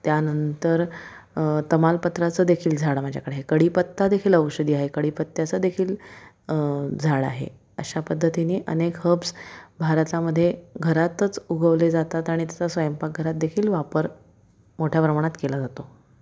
त्यानंतर तमालपत्राचं देखील झाड माझ्याकडे आहे कडीपत्तादेखील औषधी आहे कडीपत्त्याचं देखील झाड आहे अशा पद्धतीने अनेक हब्स भारतामध्ये घरातच उगवले जातात आणि त्याचा स्वयंपाकघरात देखील वापर मोठ्या प्रमाणात केला जातो